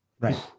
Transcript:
right